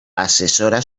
assessora